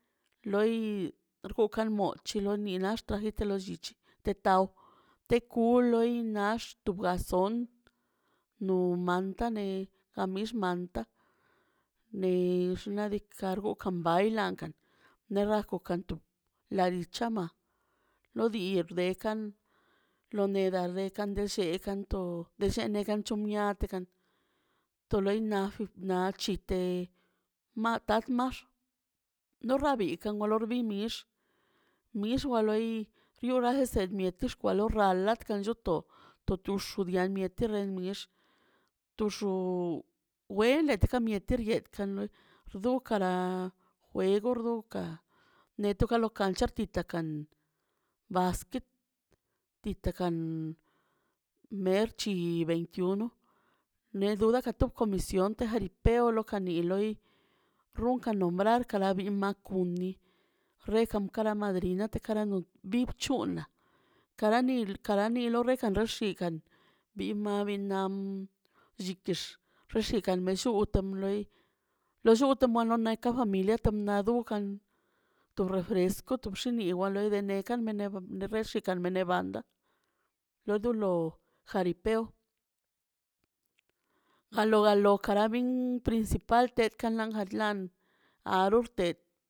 Ḻoi rgukan moch loi moninaxch trajiste lollich te taw te kuloy naxch to razon no manta ne naꞌ mixmanta nex na diikaꞌ xgug ka mbayḻakan nexra gokan to ḻa li chamma ḻoo dii berkan lo neda re kan de lleekaꞌ to de lleekan to mia tllomiat kan to lo iṉa jik naꞌ chite mata maxꞌ norrabik olor bi mixꞌ mixꞌ wa ḻoi yuraaj se mietx xkwa ḻo ralə kan chu tob to tux dia miate xiate miax to xu wele deka miete riete kan no du kala juego rdokaꞌ neto ka lo kancha rnita kan basket rnita kan merchi veitiuno ne ka to komision te jeripeo lo kani ḻoi runkan no mbrar kara bin ma kuni relan kara madrina tekara no bi c̱hunḻa karani- karani lo rekan xexi kan bi ma bin naꞌ mllitx xixi kan melluu ta ḻoi lo lluuteꞌ moalo ne ka jammi lete nadu kan to refresco to bxiniwa ḻe dene kan mene reeshika ne banda lo dulo jaripeo ao alo kara bin principaltə tek kalan jalan arurte.